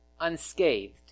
unscathed